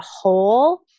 whole